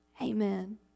amen